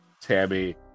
Tammy